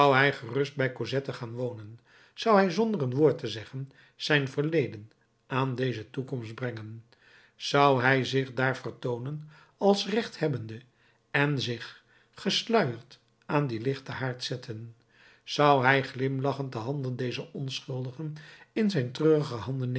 hij gerust bij cosette gaan wonen zou hij zonder een woord te zeggen zijn verleden aan deze toekomst brengen zou hij zich daar vertoonen als rechthebbende en zich gesluierd aan dien lichten haard zetten zou hij glimlachend de handen dezer onschuldigen in zijn treurige handen